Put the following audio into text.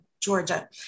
Georgia